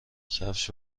کفش